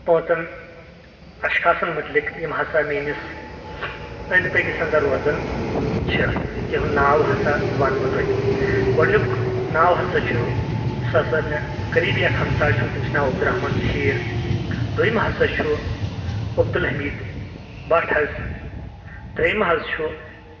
پانٛژن اَشخاصَن مُتعلِق یِم ہسا میٲنِس أنٛدۍ پٔکِس اَنٛدر روزان چھِ تِہُنٛد ناو ہسا وَنہٕ بہٕ تۄہہہ گۄڈٕنیُک ناو ہسا چھُ سۄ ہسا مےٚ قریٖبی ہمساے چھُ تٔمِس چھُ ناو عبدالرحمن شیر دوٚیِم ہسا چھُ عبدالحمید بٹ حظ ترٛیم حظ چھُ